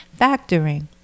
factoring